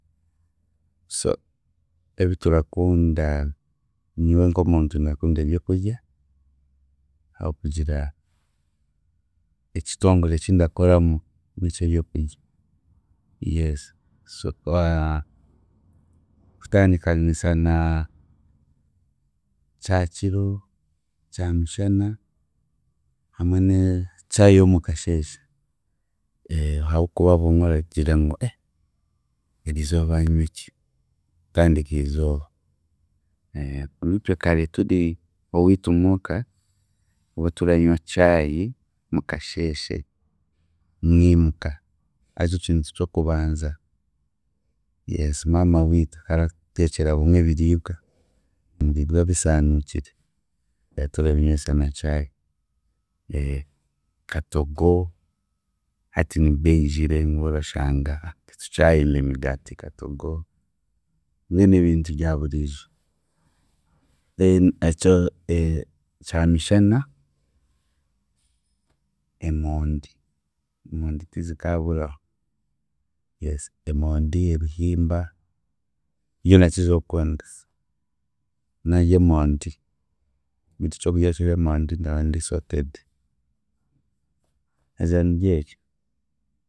So ebiturakunda nyowe nk'omuntu ndakunda ebyokurya, hakugira ekitongore kindakoramu n'eky'eryokurya yes so kutandikanisa na kyakiro, kyamushana, hamwe ne chai y'omukasheeshe habw'okuba bumwe oragira ngu eeh eriizooba nyweki kutandika izooba, itwe kare turi owiitu muuka twoturanywa chai mukasheehse mwimuka, harikyo kintu ky'okubanza yes maama wiitu akaaratuteekyera bumwe ebiriibwa, ebiriibwa bisaanuukire turabinywesa na chai, katogo, hati nibwe eijire bumwe orashanga titukyayoya emigaati katogo, mbwenu ebintu byaburiiju then ekyo, kyamishana, emondi, emondi tizikaaburaho yes emondi, ebihimba, nibyo ndakizayo kukunda naarya emondi, ekintu ky'okurya kiriho emondi ndandisorted haza niryeryo.